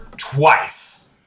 twice